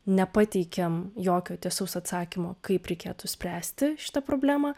nepateikėm jokio tiesaus atsakymo kaip reikėtų spręsti šitą problemą